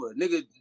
nigga